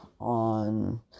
on